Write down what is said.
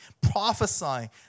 prophesying